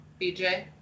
Bj